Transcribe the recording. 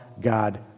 God